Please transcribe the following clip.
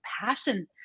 passion